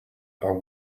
are